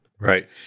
Right